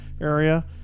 area